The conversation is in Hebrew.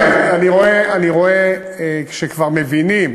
אני רואה שכשכבר מבינים